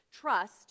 trust